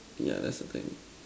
yeah that's the thing